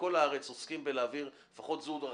בכל הארץ עוסקים בלהעביר כספים כאלה.